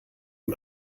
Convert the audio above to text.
ihm